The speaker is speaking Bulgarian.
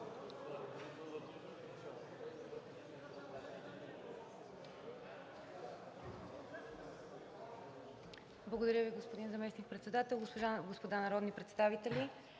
Благодаря Ви, господин Председател. Господа народни представители!